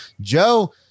Joe